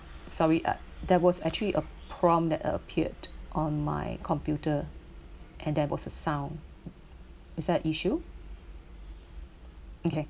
sorry uh that was actually a prompt that uh appeared on my computer and there was a sound is that an issue okay